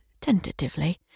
tentatively